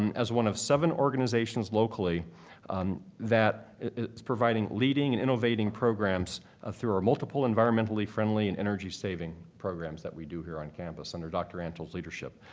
and as one of seven organizations locally that is providing leading and innovating programs ah through our multiple environmentally-friendly and energy-saving programs that we do here on campus under dr. antle's leadership.